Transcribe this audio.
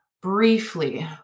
briefly